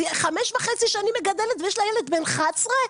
חמש וחצי שנים היא מגדלת ויש לה ילד בן 11,